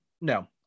no